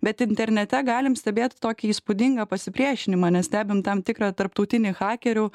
bet internete galim stebėt tokį įspūdingą pasipriešinimą nes stebim tam tikrą tarptautinį hakerių